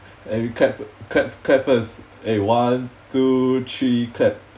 and we clap clap clap first eh one two three clap